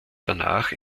danach